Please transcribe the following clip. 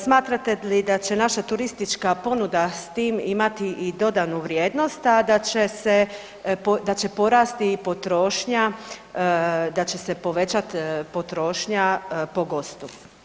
Smatrate li da će naša turistička ponuda s tim imati i dodanu vrijednost tada će se, da će porasti i potrošnja, da će se povećati potrošnja po gostu.